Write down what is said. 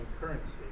currency